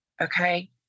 okay